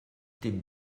dem